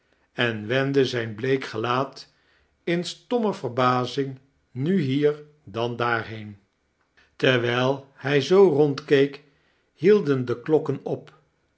en wendde zijn meek gelaat in stomme verbazing nu hiecr dan daarheen terwijl hij zoo rondkeek hielden de klokken op